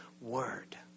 word